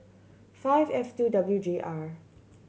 five F two W J R